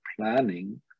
planning